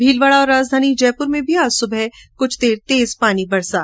भीलवाड़ा और राजधानी जयप्र में भी आज सुबह तेज पानी बरसा